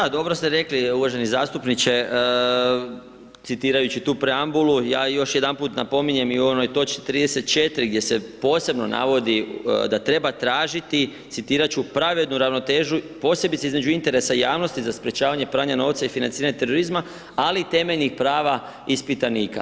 Pa da, dobro ste rekli uvaženi zastupniče, citirajući tu preambulu, ja još jedanput napominjem i u onoj točci 34 gdje se posebno navodi da treba tražiti, citirati ću, pravednu ravnotežu, posebice između interesa javnosti za sprečavanje pranja novca i financiranje terorizma, ali i temeljnih prava ispitanika.